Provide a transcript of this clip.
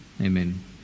Amen